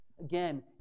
Again